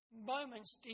moments